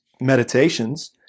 meditations